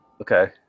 Okay